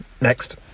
next